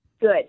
Good